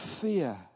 fear